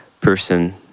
person